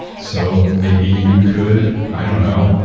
so maybe you could, i don't know,